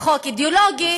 חוק אידיאולוגי,